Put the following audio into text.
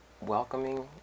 welcoming